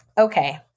Okay